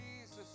jesus